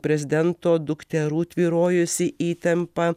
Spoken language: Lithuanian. prezidento dukterų tvyrojusi įtampa